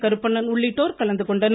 கருப்பணன் உள்ளிட்டோர் கலந்துகொண்டனர்